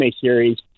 series